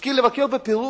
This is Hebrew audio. השכיל לבקר בפרו